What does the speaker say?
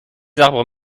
arbres